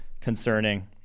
concerning